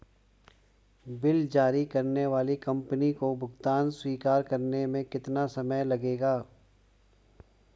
Bill जारी करने वाली कंपनी को भुगतान स्वीकार करने में कितना समय लगेगा?